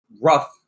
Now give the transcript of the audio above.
rough